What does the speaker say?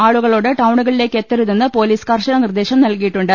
ആളുകളോട് ടൌണുകളിലേക്ക് എത്തരുന്നതെന്ന് പൊലീസ് കർശന നിർദ്ദേശം നൽകിയിട്ടുണ്ട്